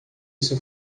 isso